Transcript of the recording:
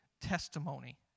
testimony